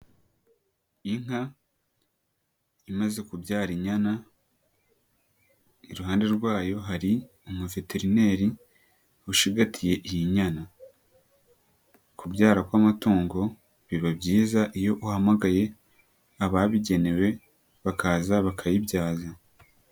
Inka imaze kubyara inyana, iruhande rwayo hari umuveterineri ushyigatiye iyi nyana. Kubyara kw'amatungo biba byiza iyo uhamagaye ababigenewe, bakaza bakayibyaza.